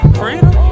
freedom